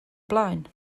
blaen